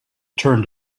turned